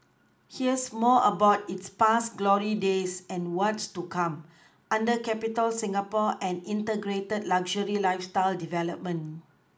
here's more about its past glory days and what's to come under Capitol Singapore an Integrated luxury lifeStyle development